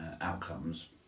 outcomes